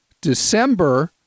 December